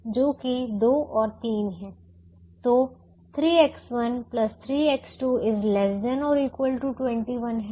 तो 3X1 3X2 ≤ 21 है